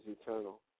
eternal